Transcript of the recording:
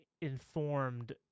informed